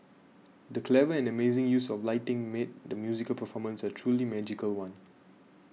the clever and amazing use of lighting made the musical performance a truly magical one